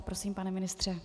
Prosím, pane ministře.